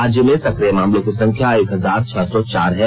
राज्य में सक्रिय मामलों की संख्या एक हजार छह सौ चार है